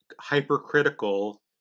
hypercritical